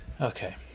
okay